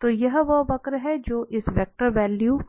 तो यह वह वक्र है जो इस वेक्टर वैल्यू